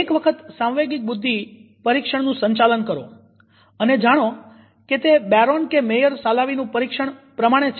એક વખત સાંવેગિક બુદ્ધિ પરીક્ષણનું સંચાલન કરો અને જાણો કે તે બેરોન કે મેયર સાલાવી નું પરીક્ષણ પ્રમાણે છે